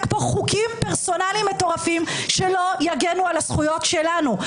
פה חוקים פרסונליים מטורפים שלא יגנו על הזכויות שלנו,